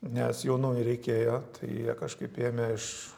nes jaunųjų reikėjo tai jie kažkaip ėmė iš